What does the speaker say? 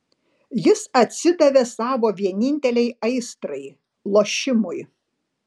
jis atsidavė savo vienintelei aistrai lošimui